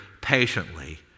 patiently